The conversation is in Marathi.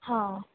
हां